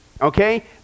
Okay